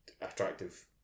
attractive